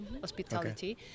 hospitality